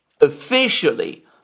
officially